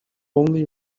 only